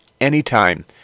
anytime